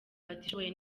batishoboye